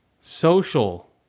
Social